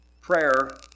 prayer